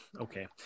Okay